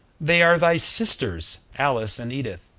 they are thy sisters, alice and edith